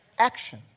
action